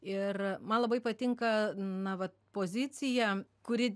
ir man labai patinka na va pozicija kuri